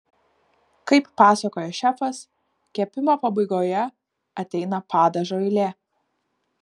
kaip pasakoja šefas kepimo pabaigoje ateina padažo eilė